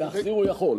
להחזיר הוא יכול.